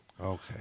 Okay